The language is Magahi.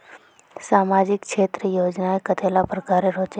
सामाजिक क्षेत्र योजनाएँ कतेला प्रकारेर होचे?